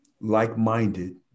like-minded